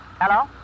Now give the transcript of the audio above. Hello